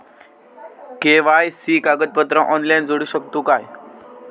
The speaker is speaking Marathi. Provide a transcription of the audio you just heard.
के.वाय.सी कागदपत्रा ऑनलाइन जोडू शकतू का?